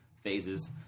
phases